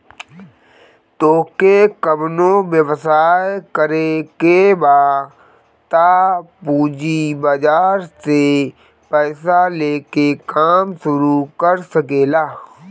तोहके कवनो व्यवसाय करे के बा तअ पूंजी बाजार से पईसा लेके काम शुरू कर सकेलअ